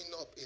up